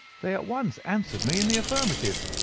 they at once answered me in the affirmative.